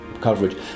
coverage